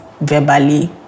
verbally